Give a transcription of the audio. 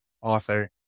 author